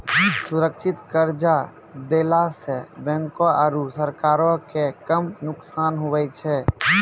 सुरक्षित कर्जा देला सं बैंको आरू सरकारो के कम नुकसान हुवै छै